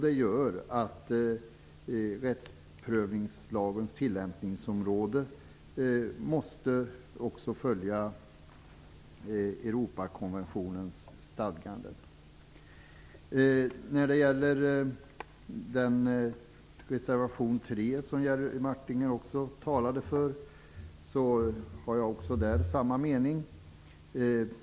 Det gör att rättsprövningslagens tillämpningsområde också måste följa Europakonventionens stadganden. När det gäller reservation nr 3 har jag samma mening som Jerry Martinger.